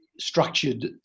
structured